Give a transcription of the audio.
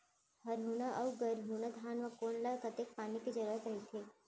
हरहुना अऊ गरहुना धान म कोन ला कतेक पानी के जरूरत रहिथे?